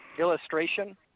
Illustration